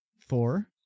Thor